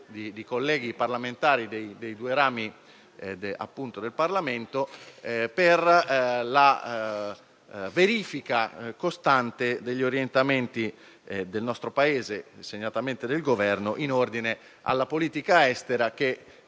di colleghi parlamentari dei due rami del Parlamento per la verifica costante degli orientamenti del nostro Paese, segnatamente del Governo, in ordine alla politica estera che